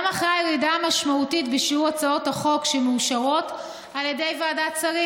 גם אחרי הירידה המשמעותית בשיעור הצעות החוק שמאושרות על ידי ועדת שרים,